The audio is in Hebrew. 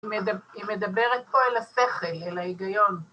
היא מדברת פה אל השכל, אל ההיגיון.